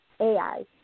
AI